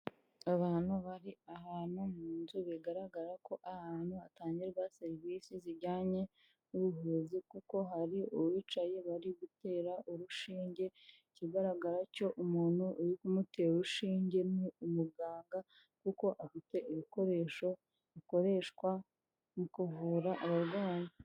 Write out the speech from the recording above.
Abantu bari ahantu mu nzu bigaragara ko ahantu hatangirwa serivise zijyanye n'ubuvuzi kuko hari uwicaye bari gutera urushinge, ikigaragara cyo umuntu umutera urushinge ni umuganga kuko afite ibikoresho bikoreshwa mu kuvura abarwayi.